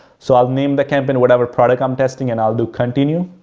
so, i'll name the campaign, whatever product i'm testing, and i'll do continue.